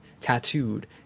tattooed